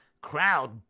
crowd